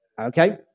Okay